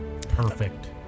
Perfect